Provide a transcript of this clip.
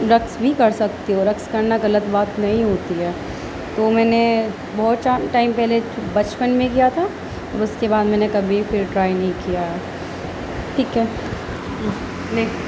رقص بھی کر سکتے ہو رقص کرنا غلط بات نہیں ہوتی ہے تو میں نے بہت ٹائم پہلے بچپن میں کیا تھا اور اس کے بعد میں نے کبھی پھر ٹرائی نہیں کیا ہے ٹھیک ہے